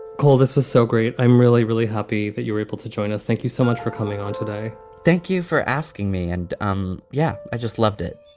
cole, this was so great. i'm really, really happy that you were able to join us. thank you so much for coming on today thank you for asking me. and um yeah, i just loved it